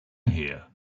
here